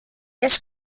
this